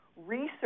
research